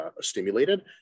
stimulated